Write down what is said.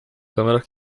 câmera